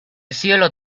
cielo